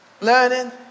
learning